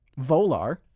Volar